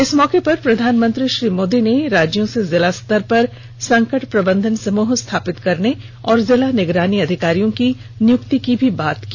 इस मौके पर प्रधानमंत्री श्री मोदी ने राज्यों से जिला स्तर पर संकट प्रबंधन समूह स्थापित करने और जिला निगरानी अधिकारियों की नियुक्ति की भी बात की